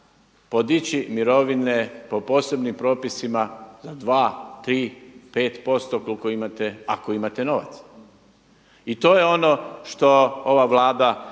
podići mirovine po posebnim propisima za 2, 3, 5% koliko imate, ako imate novaca. I to je ono što ova Vlada